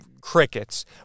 crickets